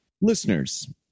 Listeners